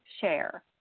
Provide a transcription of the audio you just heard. share